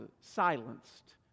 silenced